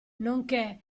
nonché